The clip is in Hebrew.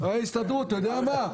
אתה יודע מה?